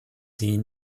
sie